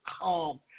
calm